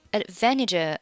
advantage